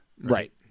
right